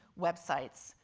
websites,